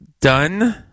Done